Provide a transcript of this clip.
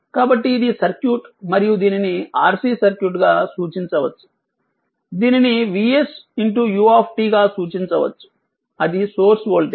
కాబట్టి ఇది సర్క్యూట్ మరియు దీనిని RC సర్క్యూట్గా సూచించవచ్చు దీనిని vs u గా సూచించవచ్చు అది సోర్స్ వోల్టేజ్